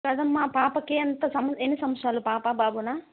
కాదమ్మా పాపకి ఎంత సం ఎన్ని సంవత్సరాలు పాపా బాబునా